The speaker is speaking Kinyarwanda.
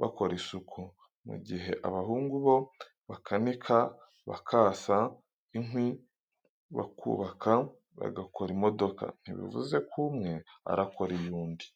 bakora isuku; mu gihe abahungu bo bakanika, bakasa inkwi, bakubaka, bagakora imodoka; ntibivuze ko umwe arakora iy'undi.